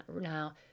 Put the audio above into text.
now